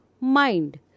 mind